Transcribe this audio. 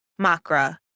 MACRA